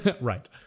Right